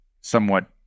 somewhat